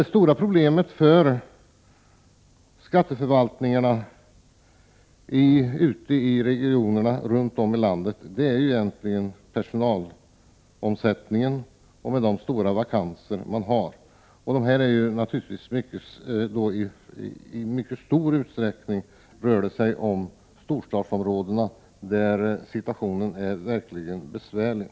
Det stora problemet för skatteförvaltningarna i de olika regionerna i landet är personalomsättningen och de många vakanserna. I mycket stor utsträckning rör det sig om storstadsområden där situationen verkligen är besvärlig.